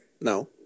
No